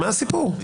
מה הסיפור?